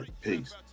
Peace